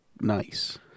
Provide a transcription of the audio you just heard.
nice